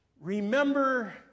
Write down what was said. Remember